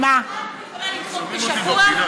את יכולה לדחות בשבוע?